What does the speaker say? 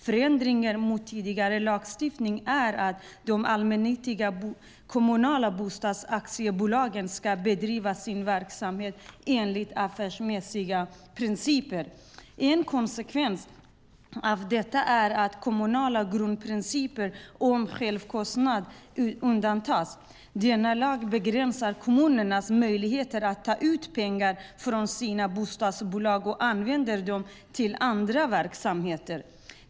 Förändringen mot tidigare lagstiftning är att de allmännyttiga kommunala bostadsaktiebolagen ska bedriva sin verksamhet enligt affärsmässiga principer. En konsekvens av detta är att den kommunala grundprincipen om självkostnad undantas. Denna lag begränsar kommunernas möjligheter att ta ut pengar från sina bostadsbolag och använda dem till andra verksamheter.